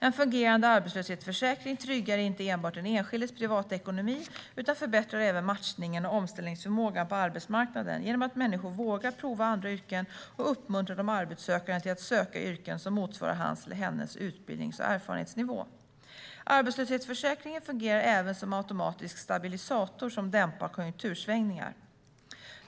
En fungerande arbetslöshetsförsäkring tryggar inte enbart den enskildes privatekonomi utan förbättrar även matchningen och omställningsförmågan på arbetsmarknaden genom att människor vågar prova andra yrken och uppmuntrar de arbetssökande till att söka yrken som motsvarar hans eller hennes utbildnings och erfarenhetsnivå. Arbetslöshetsförsäkringen fungerar även som automatisk stabilisator som dämpar konjunktursvängningar.